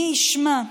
מי ישמע,